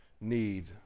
need